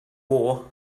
war